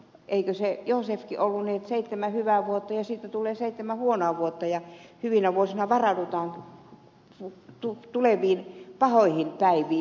eikö se josefkin sanonut niin että tulee seitsemän hyvää vuotta ja sitten tulee seitsemän huonoa vuotta ja hyvinä vuosina varaudutaan tuleviin pahoihin päiviin